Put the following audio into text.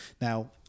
Now